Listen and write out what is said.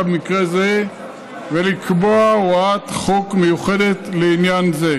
במקרה זה ולקבוע הוראת חוק מיוחדת לעניין זה.